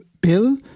bill